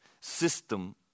system